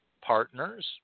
partners